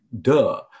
duh